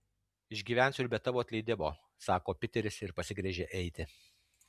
išgyvensiu ir be tavo atleidimo sako piteris ir pasigręžia eiti